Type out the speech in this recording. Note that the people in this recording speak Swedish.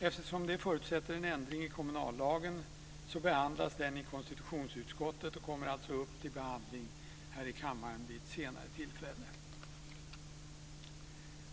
Eftersom det förutsätter en ändring i kommunallagen behandlas motionen i konstitutionsutskottet och kommer alltså upp till behandling här i kammaren vid senare tillfälle.